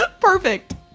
Perfect